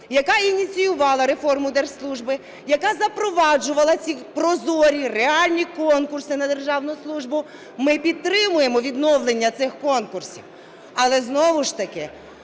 яка ініціювала реформу держслужби, яка запроваджувала ці прозорі реальні конкурси на державну службу, ми підтримуємо відновлення цих конкурсів, але знову ж таки